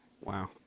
Wow